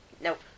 Nope